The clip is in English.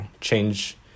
change